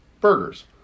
burgers